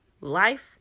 Life